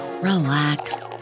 relax